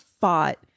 fought